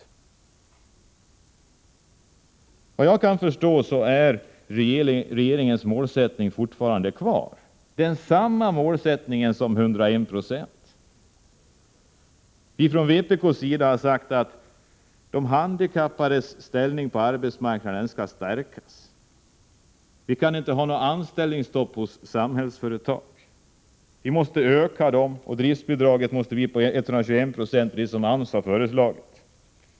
Såvitt jag kan förstå står regeringens målsättning fortfarande fast. Det är samma målsättning som siffran 101 96 visar. Vi har från vpk:s sida sagt att de arbetshandikappades ställning på arbetsmarknaden skall stärkas. Man kan inte ha anställningsstopp i Samhällsföretag. Det måste ske en ökning, och driftsbidraget måste ligga på 125 Ze, precis som AMS har föreslagit.